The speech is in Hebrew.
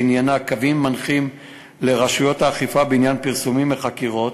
שעניינה "קווים מנחים לרשויות האכיפה בעניין פרסומים מחקירות".